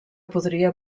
podria